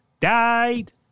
died